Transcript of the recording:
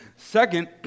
Second